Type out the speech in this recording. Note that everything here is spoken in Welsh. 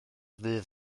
ddydd